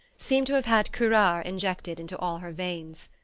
seemed to have had curare injected into all her veins.